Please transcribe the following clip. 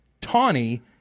Tawny